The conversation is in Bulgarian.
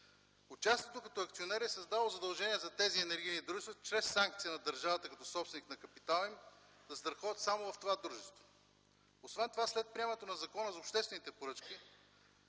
Участието като акционер е създало задължения за тези енергийни дружества чрез санкция на държавата, като собственик на капитала им, да застраховат само в това дружество. Освен това, след приемането на Закона за обществените поръчки